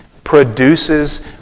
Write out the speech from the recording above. produces